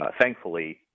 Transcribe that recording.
Thankfully